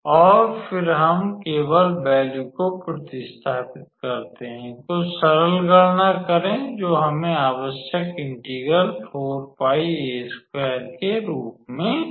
और फिर हम केवल वैल्यू को प्रतिस्थापित करते हैं कुछ सरल गणना करें जो हमें आवश्यक इंटीग्रल के रूप में देगा